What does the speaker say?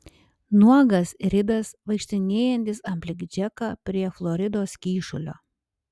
nuogas ridas vaikštinėjantis aplink džeką prie floridos kyšulio